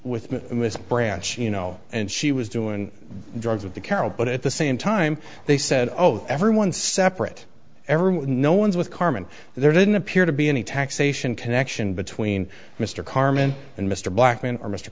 branch you know and she was doing drugs with the carroll but at the same time they said oh everyone separate every no one's with carmen there didn't appear to be any taxation connection between mr carmen and mr blackman or mr